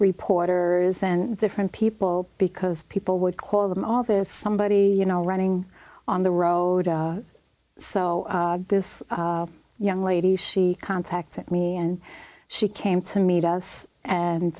reporters and different people because people would call them all this somebody you know running on the road so this young lady she contacted me and she came to meet us and